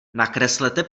nakreslete